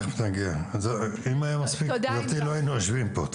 אם זה היה מספיק לא היינו יושבים פה,